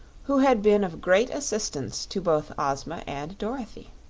who had been of great assistance to both ozma and dorothy.